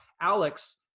alex